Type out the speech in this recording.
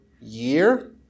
year